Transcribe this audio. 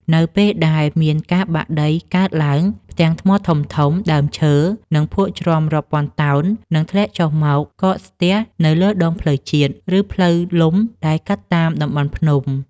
នៅពេលដែលមានការបាក់ដីកើតឡើង ផ្ទាំងថ្មធំៗ ដើមឈើ និងភក់ជ្រាំរាប់ពាន់តោននឹងធ្លាក់ចុះមកកកស្ទះនៅលើដងផ្លូវជាតិ ឬផ្លូវលំដែលកាត់តាមតំបន់ភ្នំ។